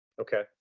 Okay